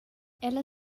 ella